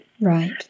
Right